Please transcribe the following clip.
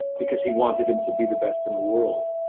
because he wanted him to be the best in the world.